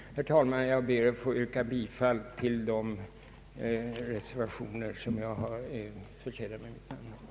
Herr talman! Jag ber att få yrka bifall till de reservationer som jag här har berört och som mitt namn står på.